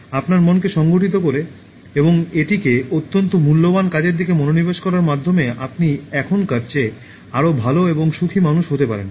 আপনার মনকে সংগঠিত করে এবং এটিকে অত্যন্ত মূল্যবান কাজের দিকে মনোনিবেশ করার মাধ্যমে আপনি এখনকার চেয়ে আরও ভাল এবং সুখী মানুষ হতে পারেন